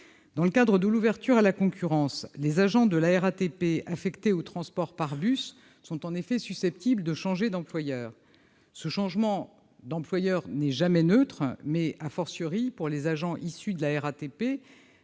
Dans le cadre de l'ouverture à la concurrence, les agents de la RATP affectés au transport par bus sont en effet susceptibles de changer d'employeur. Le changement d'employeur n'est jamais neutre, pour les agents issus de la RATP,